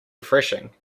refreshing